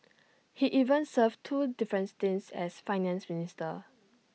he even served two different stints as Finance Minister